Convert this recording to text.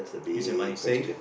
use your money safe